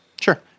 Sure